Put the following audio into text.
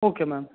okay madam